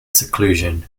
seclusion